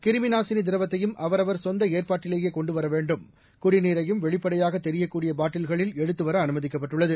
கிருமிநாசினி திரவத்தையும் அவரவர் சொந்த ஏற்பாட்டிலேயே கொண்டு வரவேண்டும் குடிநீரையும் வெளிப்படையாக தெரியக்கூடிய பாட்டில்களில் எடுத்துவர அனுமதிக்கப்பட்டுள்ளது